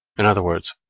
in other words,